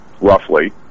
roughly